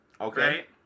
Okay